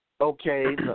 okay